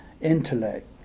intellect